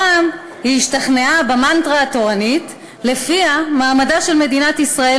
הפעם היא השתכנעה במנטרה התורנית שלפיה מעמדה של מדינת ישראל